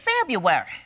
February